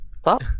stop